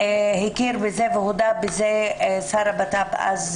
הכיר בזה והודה בזה שר הבט"פ דאז,